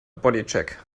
bodycheck